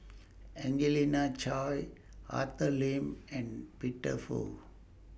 Angelina Choy Arthur Lim and Peter Fu